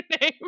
name